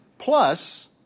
Plus